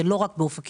זה לא רק באופקים,